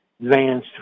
vans